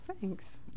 thanks